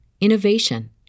innovation